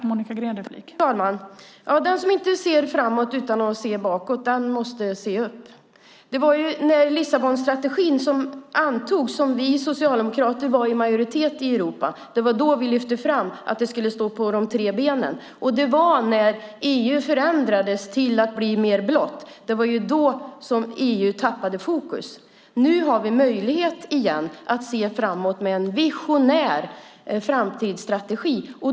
Fru talman! Den som inte ser framåt utan att se bakåt måste se upp. När Lissabonstrategin antogs var vi socialdemokrater i majoritet i Europa, och det var då vi lyfte fram att den skulle stå på de tre benen. Det var när EU förändrades till att bli mer blått som EU tappade fokus. Nu har vi möjlighet att se framåt igen med en visionär framtidsstrategi.